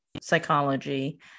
psychology